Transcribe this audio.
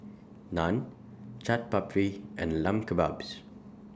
Naan Chaat Papri and Lamb Kebabs